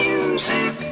Music